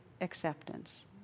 acceptance